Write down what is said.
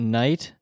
night